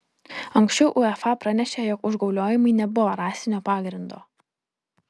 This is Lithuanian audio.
anksčiau uefa pranešė jog užgauliojimai nebuvo rasinio pagrindo